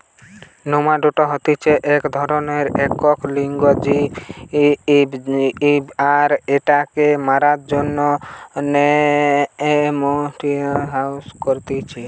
nematoda হতিছে এক ধরণেরএক লিঙ্গ জীব আর এটাকে মারার জন্য নেমাটিসাইড ইউস করতিছে